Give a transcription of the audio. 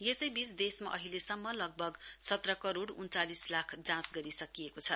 यसैबीच देशमा अहिलेसम्म लगभग सत्र करोड़ उन्चालिस लाख जाँच गरिसकिएको छ